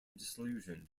disillusioned